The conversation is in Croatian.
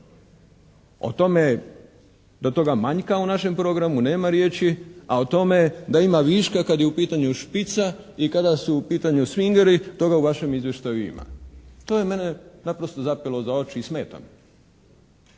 O tome, da toga manjka u našem programu nema riječi, a o tome da ima viška kada je u pitanju "Špica" i kada su u pitanju swingeri, toga u vašem izvještaju ima. To je meni naprosto zapelo za oči i smeta